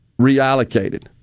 reallocated